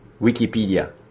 Wikipedia